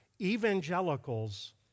evangelicals